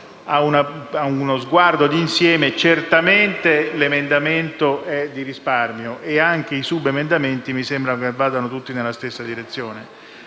A uno sguardo d'insieme, certamente l'emendamento è di risparmio e anche i subemendamenti mi sembra vadano tutti nella stessa direzione